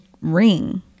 ring